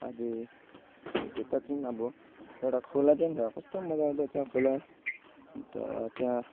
अझै त्यता चाहिँ अब एउटा खोला छ नि त कस्तो मजा आउँदो रहेछ खोला अन्त त्यहाँ